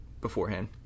beforehand